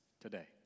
today